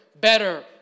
better